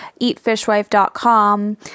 eatfishwife.com